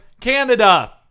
Canada